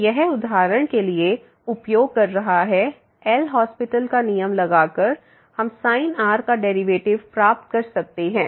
तो यह उदाहरण के लिए उपयोग कर रहा है एल हास्पिटल LHospital का नियम लगाकर हम sin r का डेरिवेटिव प्राप्त कर सकते हैं